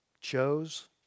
chose